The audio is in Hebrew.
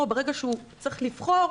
ברגע שהוא צריך לבחור,